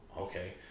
Okay